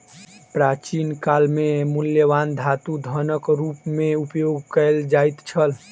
प्राचीन काल में मूल्यवान धातु धनक रूप में उपयोग कयल जाइत छल